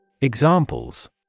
Examples